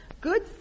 Good